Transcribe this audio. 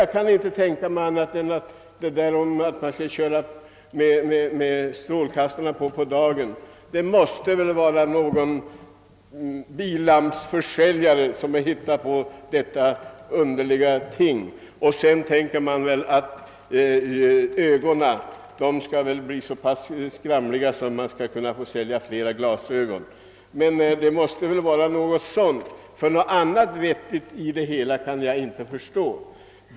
Jag kan inte tänka mig annat än att det måste vara någon försäljare av billampor som hittat på detta underliga påfund att man skall köra med tända strålkastare även på dagen. Sedan räknar man väl också med att synen skall bli så pass försämrad, att man får sälja fler glasögon. Man måste väl ha tänkt sig något i den stilen, ty något vettigt i det hela kan jag inte finna.